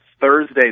Thursday